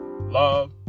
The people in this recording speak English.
love